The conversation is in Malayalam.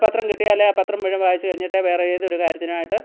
പത്രം കിട്ടിയാൽ ആ പത്രം മുഴുവൻ വായിച്ചു കഴിഞ്ഞിട്ടേ വേറെ ഏതൊരു കാര്യത്തിനായിട്ട്